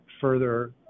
further